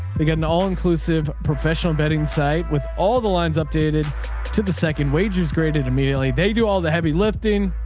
they got an all inclusive professional bedding site with all the lines updated to the second wages graded immediately. they do all the heavy lifting